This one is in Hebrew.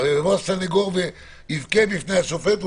ויבוא הסנגור בפני שופט ויבכה,